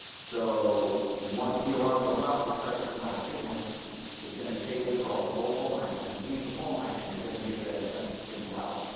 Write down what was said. so once the alarm goes off, this starts sending out a signal it's going to take overall the whole phone line. it's going to seize the phone line, and it's going to make sure that it sends a signal out.